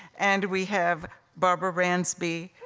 and we have barbara ransby,